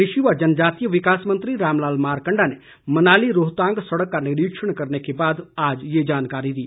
कृषि व जनजातीय विकास मंत्री रामलाल मारकंडा ने मनाली रोहतांग सड़क का निरीक्षण करने के बाद आज ये जानकारी दी